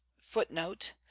footnote